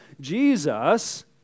Jesus